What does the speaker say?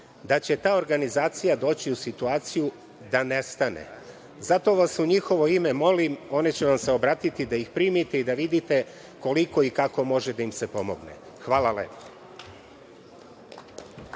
recimo slikar Nadežda Petrović, nestane. Zato vas u njihovo ime molim, oni će vam se obratiti da ih primite i da vidite koliko i kako može da im se pomogne. Hvala lepo.